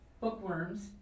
bookworms